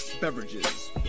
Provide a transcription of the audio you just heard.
beverages